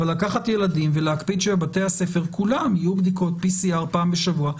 אבל לקחת ילדים ולהקפיד שבבתי הספר כולם יהיו בדיקות PCR פעם בשבוע,